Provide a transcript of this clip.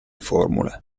formule